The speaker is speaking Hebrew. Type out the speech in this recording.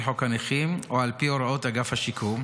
חוק הנכים או על פי הוראות אגף השיקום,